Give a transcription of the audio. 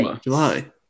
July